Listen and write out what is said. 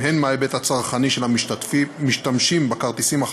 אדוני היושב-ראש, חברי חברי הכנסת, כנסת נכבדה,